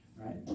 right